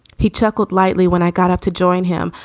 he chuckled lightly when i got up to join him,